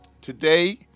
today